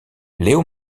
léo